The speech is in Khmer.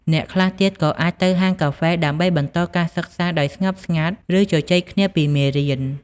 អ្នកខ្លះទៀតក៏អាចទៅ ហាងកាហ្វេ ដើម្បីបន្តការសិក្សាដោយស្ងប់ស្ងាត់ ឬជជែកគ្នាពីមេរៀន។